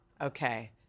Okay